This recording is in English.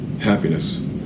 happiness